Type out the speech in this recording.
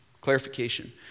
clarification